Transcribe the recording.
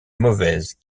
mauvaise